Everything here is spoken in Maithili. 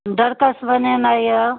डँरकस बनेनाइ यए